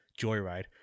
joyride